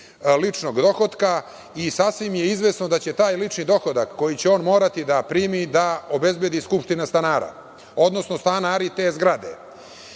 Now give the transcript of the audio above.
ličnog dohotka i sasvim je izvesno da će taj lični dohodak koji će on morati da primi da obezbedi skupština stanara, odnosno stanari te zgrade.